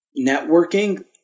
networking